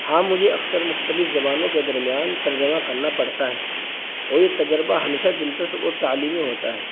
ہاں مجھے اکثر مختلف زبانوں کے درمیان ترجمہ کرنا پڑتا ہے اور یہ تجربہ ہمیشہ دلچسپ اور تعلیمی ہوتا ہے